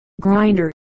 Grinder